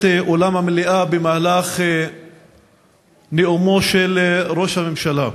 אולם המליאה במהלך נאומו של ראש הממשלה.